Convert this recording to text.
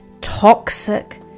toxic